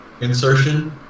Insertion